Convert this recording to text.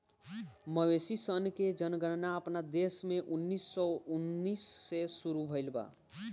मवेशी सन के जनगणना अपना देश में उन्नीस सौ उन्नीस से शुरू भईल बा